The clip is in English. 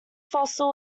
fossil